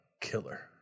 killer